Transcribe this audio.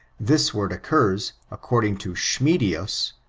this word occurs, according to scbmidius,